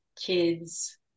kids